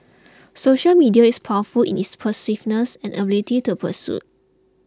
social media is powerful in its pervasiveness and ability to persuade